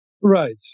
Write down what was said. Right